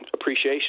appreciation